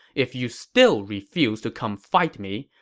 if you still refuse to come fight me,